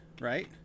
Right